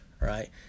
right